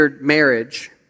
marriage